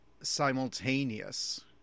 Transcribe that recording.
simultaneous